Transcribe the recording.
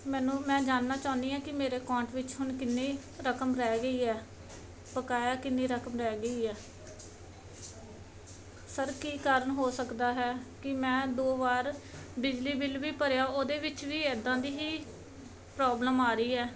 ਮੈਨੂੰ ਮੈਂ ਜਾਣਨਾ ਚਾਹੁੰਦੀ ਹਾਂ ਕਿ ਮੇਰੇ ਕਾਉਂਟ ਵਿੱਚ ਹੁਣ ਕਿੰਨੀ ਰਕਮ ਰਹਿ ਗਈ ਹੈ ਬਕਾਇਆ ਕਿੰਨੀ ਰਕਮ ਰਹਿ ਗਈ ਹੈ ਸਰ ਕੀ ਕਾਰਨ ਹੋ ਸਕਦਾ ਹੈ ਕਿ ਮੈਂ ਦੋ ਵਾਰ ਬਿਜਲੀ ਬਿਲ ਵੀ ਭਰਿਆ ਉਹਦੇ ਵਿੱਚ ਵੀ ਇੱਦਾਂ ਦੀ ਹੀ ਪ੍ਰੋਬਲਮ ਆ ਰਹੀ ਹੈ